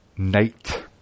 night